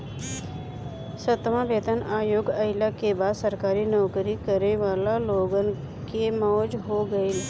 सातवां वेतन आयोग आईला के बाद सरकारी नोकरी करे वाला लोगन के मौज हो गईल